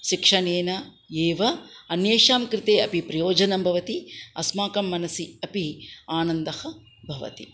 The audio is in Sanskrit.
शिक्षणेन एव अन्येषां कृते अपि प्रयोजनं भवति अस्माकं मनसि अपि आनन्दः भवति